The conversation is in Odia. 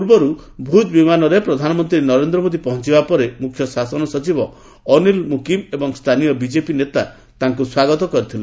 ପୂର୍ବରୁ ଭୂକ୍ ବିମାନ ବନ୍ଦରରେ ପ୍ରଧାନମନ୍ତ୍ରୀ ନରେନ୍ଦ୍ର ମୋଦୀ ପହଞ୍ଚିବା ପରେ ମୁଖ୍ୟ ଶାସନ ସଚିବ ଅନୀଲ ମୁକିମ୍ ଏବଂ ସ୍ଥାନୀୟ ବିଜେପି ନେତା ତାଙ୍କୁ ସ୍ୱାଗତ କରିଥିଲେ